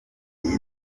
iyi